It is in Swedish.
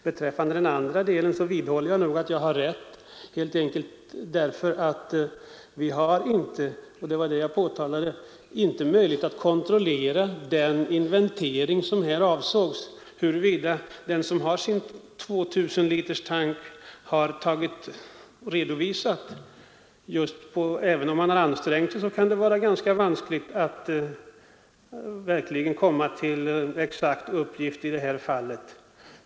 Beträffande den andra delen vidhåller jag nog att jag har rätt helt enkelt därför att vi inte har — och det var det jag påtalade — möjligheter att kontrollera den inventering som här avsågs: huruvida den som har en 2 000-literstank har redovisat sitt bränsleinnehav. Även om man ansträng er sig kan det vara ganska vanskligt att verkligen komma fram till exakt uppgift i detta fall.